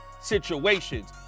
situations